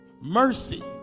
Mercy